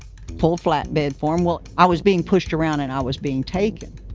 pulled flatbed for him. well, i was being pushed around and i was being taken.